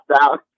out